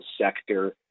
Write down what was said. sector